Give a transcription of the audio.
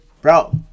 Bro